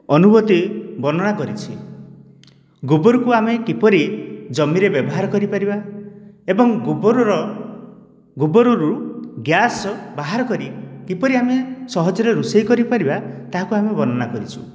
ଅନୁଭୂତି ବର୍ଣ୍ଣନା କରିଛି ଗୋବରକୁ ଆମେ କିପରି ଜମିରେ ବ୍ୟବହାର କରିପାରିବା ଏବଂ ଗୋବରର ଗୋବରରୁ ଗ୍ୟାସ ବାହାର କରି କିପରି ଆମେ ସହଜରେ ରୋଷେଇ କରିପାରିବା ତାହାକୁ ଆମେ ବର୍ଣ୍ଣନା କରିଛୁ